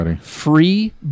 free